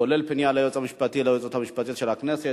כולל פנייה ליועצת המשפטית של הכנסת,